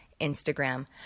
Instagram